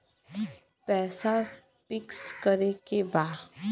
पैसा पिक्स करके बा?